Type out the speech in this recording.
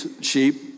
sheep